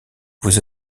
vous